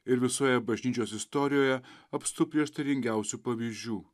ir visoje bažnyčios istorijoje apstu prieštaringiausių pavyzdžių